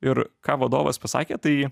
ir ką vadovas pasakė tai